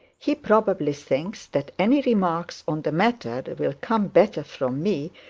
he probably thinks that any remarks on the matter will come better from me,